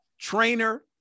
trainer